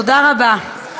תודה רבה.